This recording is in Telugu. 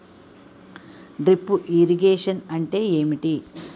డ్రిప్ ఇరిగేషన్ అంటే ఏమిటి?